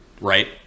right